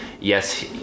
Yes